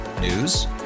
News